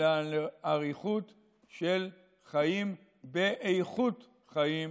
אלא לאריכות של חיים ואיכות חיים